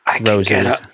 roses